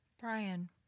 Brian